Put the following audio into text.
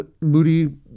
moody